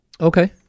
Okay